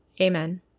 Amen